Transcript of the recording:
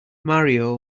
mario